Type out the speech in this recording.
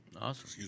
Awesome